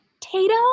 Tato